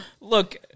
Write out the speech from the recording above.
Look